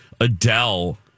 adele